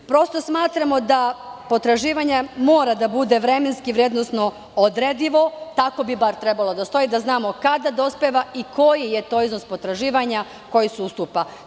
Prosto, smatramo da potraživanje mora da bude vremenski i vrednosno odredivo, tako bi bar trebalo da stoji, da znamo kada dospeva i koji je to iznos potraživanja koji se ustupa.